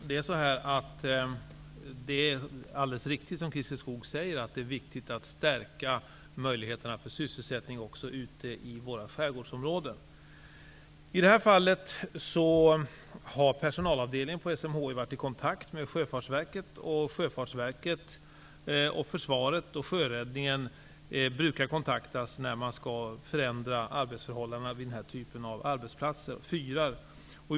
Fru talman! Det är alldeles riktigt, som Christer Skoog säger, att det är viktigt att stärka möjligheterna för sysselsättning också ute i våra skärgårdsområden. I det här fallet har personalavdelningen vid SMHI varit i kontakt med Sjöfartsverket. Sjöfartsverket, Försvaret och Sjöräddningen brukar kontaktas när arbetsförhållandena vid den här typen av arbetsplatser, dvs. fyrar, skall förändras.